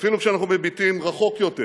ואפילו כשאנחנו מביטים רחוק יותר,